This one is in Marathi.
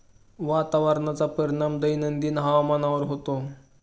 वातावरणाचा परिणाम दैनंदिन हवामानावर होतो